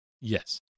Yes